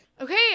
Okay